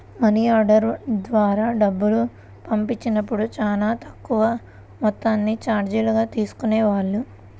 money order ద్వారా డబ్బులు పంపించినప్పుడు చానా తక్కువ మొత్తాన్ని చార్జీలుగా తీసుకునేవాళ్ళు